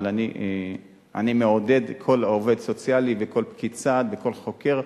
אבל אני מעודד כל עובד סוציאלי וכל פקיד סעד וכל חוקר,